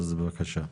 אז בבקשה.